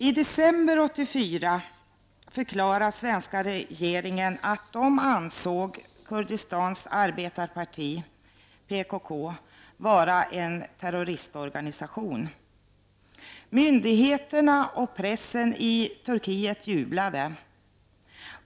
I december 1984 förklarade svenska regeringen att den ansåg Kurdistans arbetarparti, PKK, vara en terroristorganisation. Myndigheterna och pressen i Turkiet jublade.